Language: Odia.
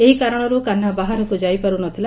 ଏହି କାରଣରୁ କାହ୍ନା ବାହାରକୁ ଯାଇ ପାରୁ ନ ଥିଲା